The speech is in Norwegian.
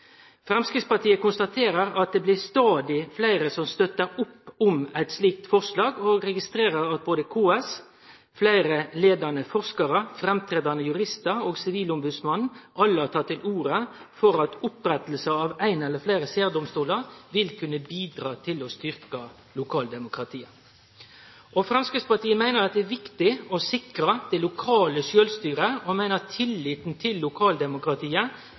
Framstegspartiet konstaterer at det blir stadig fleire som støttar opp om eit slikt forslag, og registrerer at både KS, fleire leiande forskarar, framståande juristar og Sivilombodsmannen har teke til orde for at oppretting av ein eller fleire særdomstolar vil kunne bidra til å styrkje lokaldemokratiet. Framstegspartiet meiner det er viktig å sikre det lokale sjølvstyret, og at tilliten til lokaldemokratiet